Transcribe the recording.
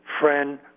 friend